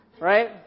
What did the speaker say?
right